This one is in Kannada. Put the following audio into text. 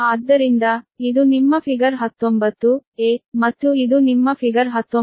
ಆದ್ದರಿಂದ ಇದು ನಿಮ್ಮ ಅಂಕಿ 19 ಮತ್ತು ಇದು ನಿಮ್ಮ ಅಂಕಿ 19